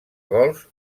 gols